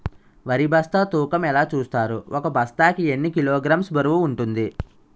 వరి బస్తా తూకం ఎలా చూస్తారు? ఒక బస్తా కి ఎన్ని కిలోగ్రామ్స్ బరువు వుంటుంది?